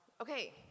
Okay